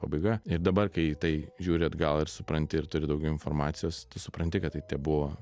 pabaiga ir dabar kai į tai žiūri atgal ir supranti ir turi daugiau informacijos tu supranti kad tai tebuvo